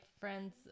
friends